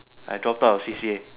I drop out of C_C_A